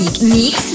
Mix